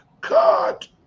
Cut